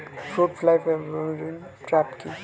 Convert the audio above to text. Fruit fly pheromone trap কি?